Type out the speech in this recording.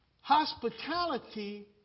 hospitality